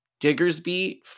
Diggersby